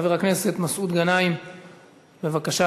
חבר הכנסת מסעוד גנאים, בבקשה.